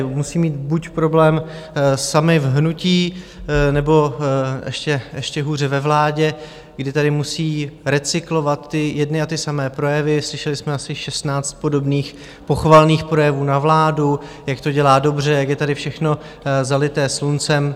Musí mít buď problém sami v hnutí, nebo ještě hůře ve vládě, kdy tady musí recyklovat jedny a ty samé projevy, slyšeli jsme asi 16 podobných pochvalných projevů na vládu, jak to dělá dobře, jak je tady všechno zalité sluncem.